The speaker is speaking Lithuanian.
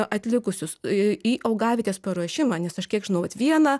atlikusius į augavietės paruošimą nes aš kiek žinau vat viena